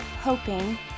hoping